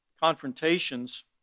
confrontations